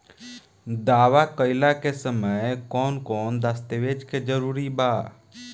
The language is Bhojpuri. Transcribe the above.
दावा कईला के समय कौन कौन दस्तावेज़ के जरूरत बा?